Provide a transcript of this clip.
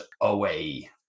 away